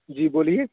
جی بولیے